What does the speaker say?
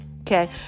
okay